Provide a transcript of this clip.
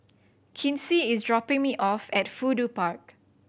Kinsey is dropping me off at Fudu Park